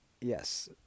Yes